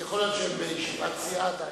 יכול להיות שהם בישיבת סיעה עדיין.